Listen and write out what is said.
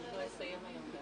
אני לא אסיים היום.